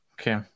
okay